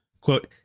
Quote